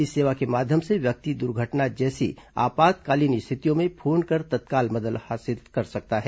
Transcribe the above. इस सेवा के माध्यम से व्यक्ति द्र्घटना जैसी आपातकालीन स्थितियों में फोन कर तत्काल मदद हासिल कर सकता है